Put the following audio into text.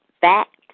fact